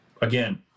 again